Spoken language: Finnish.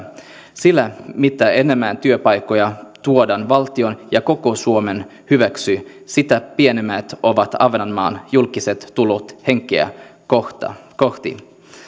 sillä mitä enemmän työpaikkoja tuodaan valtion ja koko suomen hyväksi sitä pienemmät ovat ahvenanmaan julkiset tulot henkeä kohti